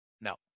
No